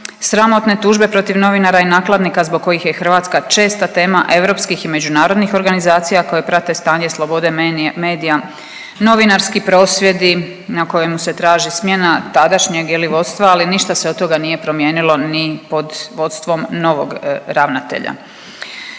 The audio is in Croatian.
sramotne tužbe protiv novinara i nakladnika zbog kojih je Hrvatska česta tema europskih i međunarodnih organizacija koje prate stanje slobode medija, novinarski prosvjedi na kojima se traži smjena tadašnjeg je li vodstva ali ništa se od toga nije promijenilo ni pod vodstvom novog ravnatelja.